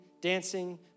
dancing